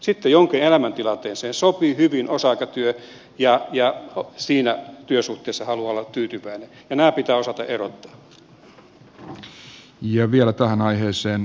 sitten jonkun elämäntilanteeseen sopii hyvin osa aikatyö ja siinä työsuhteessa haluaa olla tyytyväinen ja nämä pitää osata erottaa